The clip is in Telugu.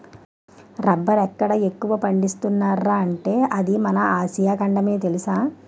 రబ్బరెక్కడ ఎక్కువ పండిస్తున్నార్రా అంటే అది మన ఆసియా ఖండమే తెలుసా?